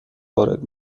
وارد